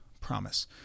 Promise